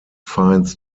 finds